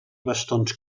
bastons